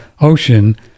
Ocean